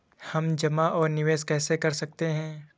हम जमा और निवेश कैसे कर सकते हैं?